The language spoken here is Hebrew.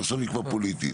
עכשיו היא כבר פוליטית.